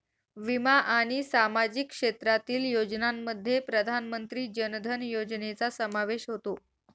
विमा आणि सामाजिक क्षेत्रातील योजनांमध्ये प्रधानमंत्री जन धन योजनेचा समावेश होतो